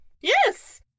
Yes